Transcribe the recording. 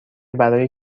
برای